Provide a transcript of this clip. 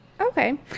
Okay